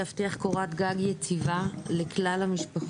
לי קוראים ציון אריה ואני משכונת גבעת עמל.